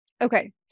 Okay